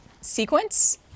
sequence